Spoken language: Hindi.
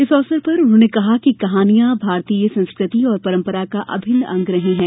इस अवसर पर उन्होंने कहा कि कहानियां भारतीय संस्कृति और परम्परा का अभिन्न अंग रही हैं